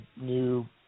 new